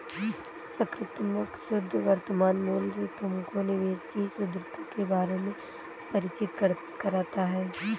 सकारात्मक शुद्ध वर्तमान मूल्य तुमको निवेश की शुद्धता के बारे में परिचित कराता है